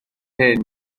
hyn